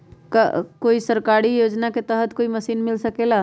का कोई सरकारी योजना के तहत कोई मशीन मिल सकेला?